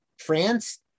France